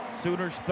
Sooners